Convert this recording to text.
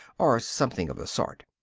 or something of the sort.